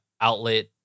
outlet